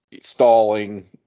stalling